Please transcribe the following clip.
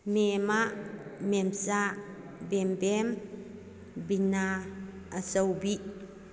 ꯃꯦꯝꯃ ꯃꯦꯝꯆꯥ ꯕꯦꯝꯕꯦꯝ ꯕꯤꯅꯥ ꯑꯆꯧꯕꯤ